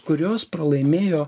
kurios pralaimėjo